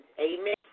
amen